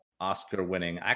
Oscar-winning